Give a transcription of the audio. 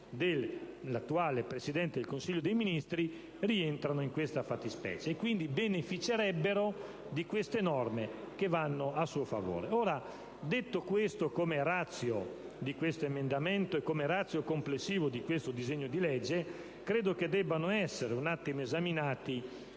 dell'attuale Presidente del Consiglio dei ministri rientrano in tale fattispecie e quindi beneficerebbero di queste norme che vanno a suo favore. Detto questo, circa la *ratio* di tale emendamento e la *ratio* complessiva di questo disegno di legge credo debbano essere un attimo esaminati